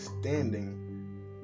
standing